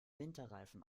winterreifen